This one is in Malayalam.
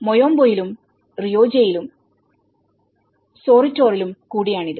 മോയോമ്പോയിലും റിയോജയിലും സോറിറ്റോറിലുംകൂടിയാണിത്